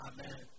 Amen